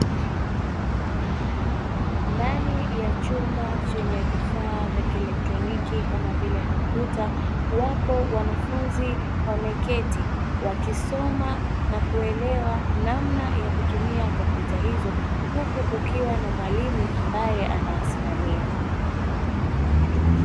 Ndani ya chumba chenye vifaa vya kielektroniki, kama vile kompyuta wapo wanafunzi, wameketi wakisoma na kuelewa namna ya kutumia kompyuta hizo, huku kukiwa na mwalimu ambaye anawasimamia.